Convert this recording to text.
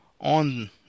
on